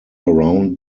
around